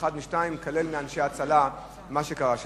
ולא מאחד או שניים, כולל מאנשי "הצלה", מה קרה שם.